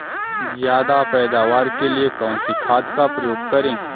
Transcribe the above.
ज्यादा पैदावार के लिए कौन सी खाद का प्रयोग करें?